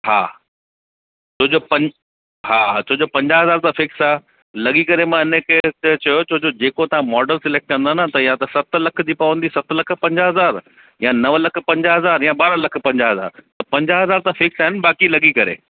हा छो जो हा छो जो पंजाह हज़ार त फिक्स आहे लॻी करे मां हिन खे चयो छो जो जेको तव्हां मॉडल सिलेक्ट कंदा न त या त सत लख जी पवंदी सत लख पंजाह हज़ार या नव लख पंजाह हज़ार या ॿारहां लख पंजाह हज़ार त पंजाह हज़ार त फिक्स आहिनि बाक़ी लॻी करे